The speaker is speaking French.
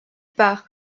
par